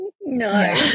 No